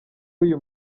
uyu